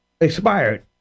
expired